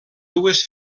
dues